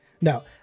no